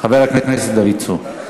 חוק הרשויות המקומיות (השעיית ראש רשות מקומית בשל הגשת כתב אישום)